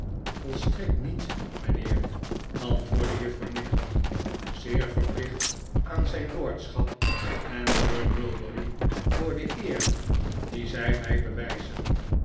volstrekt niet mijnheer antwoordde juffrouw nickleby zeer verplicht aan zijn lordschap en sir mulberry voor de eer die zij mij bewijzen